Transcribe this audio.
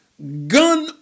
gun